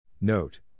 Note